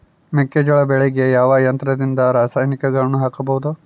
ಮೆಕ್ಕೆಜೋಳ ಬೆಳೆಗೆ ಯಾವ ಯಂತ್ರದಿಂದ ರಾಸಾಯನಿಕಗಳನ್ನು ಹಾಕಬಹುದು?